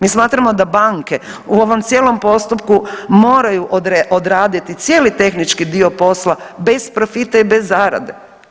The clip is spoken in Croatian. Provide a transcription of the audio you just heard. Mi smatramo da banke u ovom cijelom postupku moraju odraditi cijeli tehnički dio posla bez profita i bez zarade.